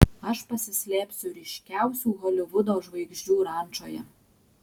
aš pasislėpsiu ryškiausių holivudo žvaigždžių rančoje